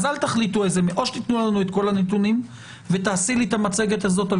אד או תנו לנו כל הנתונים ותעשי את המצגת הזאת על